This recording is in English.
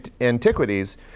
Antiquities